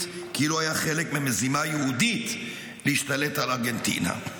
כאילו היה חלק ממזימה יהודית להשתלט על ארגנטינה.